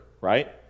right